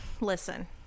listen